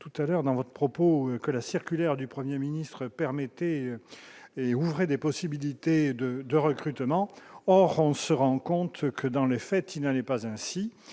tout à l'heure dans votre propos que la circulaire du 1er ministre permettez et ouvrait des possibilités de de recrutement, or on se rend compte que, dans les fêtes il n'allait pas ainsi,